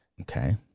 Okay